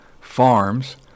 farms